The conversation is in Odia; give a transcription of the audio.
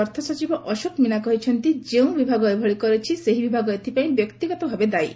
ଅର୍ଥସଚିବ ଅଶୋକ ମୀନା କହିଛନ୍ତି ଯେଉଁ ବିଭାଗ ଏଭଳି କରିଛି ସେହି ବିଭାଗ ଏଥପାଇଁ ବ୍ୟକ୍ତିଗତ ଭାବେ ଦାୟୀ